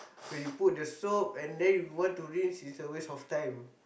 when you put the soap and then you want to rinse is a waste of time